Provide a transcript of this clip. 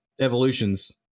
evolutions